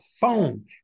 phone